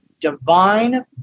divine